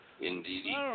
Indeed